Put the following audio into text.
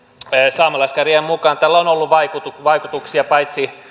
saamelaiskäräjien mukaan tällä on ollut vaikutuksia vaikutuksia paitsi